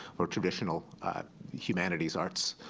or traditional humanities, arts,